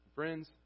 Friends